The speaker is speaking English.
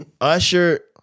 Usher